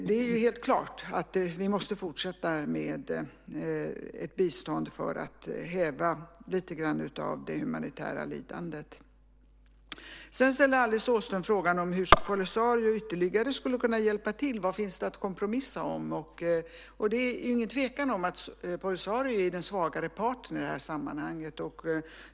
Det är helt klart att vi måste fortsätta med bistånd för att häva lite grann av det humanitära lidandet. Sedan ställde Alice Åström frågan hur Polisario ytterligare skulle kunna hjälpa till. Vad finns det att kompromissa om? Det är inget tvivel om att Polisario är den svagare parten i det här sammanhanget.